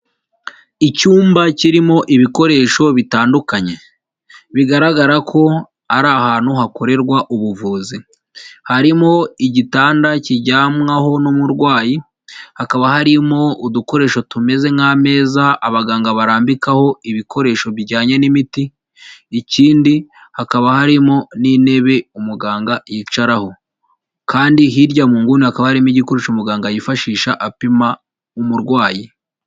Icyumba kirimo ibikoresho bitandukanye, bigaragara ko ari ahantu hakorerwa ubuvuzi, harimo igitanda kijyamwaho n'umurwayi, hakaba harimo udukoresho tumeze nk'ameza, abaganga barambikaho ibikoresho bijyanye n'imiti, ikindi hakaba harimo n'intebe umuganga yicaraho kandi hirya mu nguni hakaba harimo igikoresho umuganga yifashisha apima umurwayi.